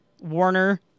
Warner